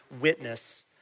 witness